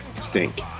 stink